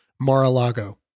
Mar-a-Lago